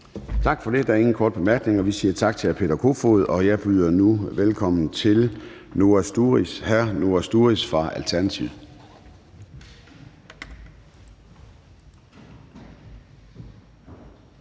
Tak for det. Der er ingen korte bemærkninger. Vi siger tak til hr. Peder Hvelplund, og jeg byder nu velkommen til hr. Torsten Gejl fra Alternativet. Kl.